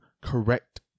correct